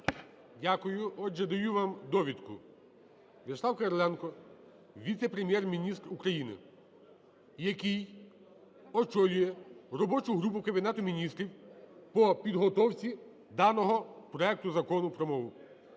Дякую. Отже, даю вам довідку. В'ячеслав Кириленко – віце-прем'єр-міністр України, який очолює робочу групу Кабінету Міністрів по підготовці даного проекту Закону про мову.